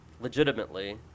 legitimately